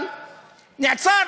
אבל נעצר